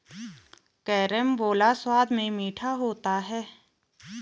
carambola स्वाद में मीठा होता है